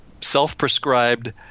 self-prescribed